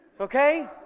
Okay